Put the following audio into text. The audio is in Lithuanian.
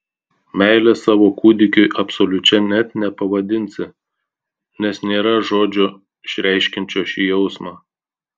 meilės savo kūdikiui absoliučia net nepavadinsi nes nėra žodžio išreiškiančio šį jausmą